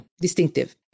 distinctive